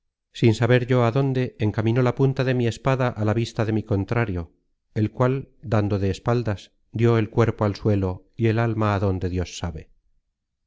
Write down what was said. sin saber yo á dónde encaminó la punta de mi espada á la vista de mi contrario el cual dando de espaldas dió el cuerpo al suelo y el alma á donde dios sabe